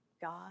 God